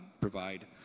provide